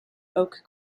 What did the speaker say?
oak